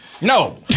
No